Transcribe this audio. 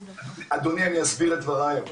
אדוני, אני אסביר את דבריי.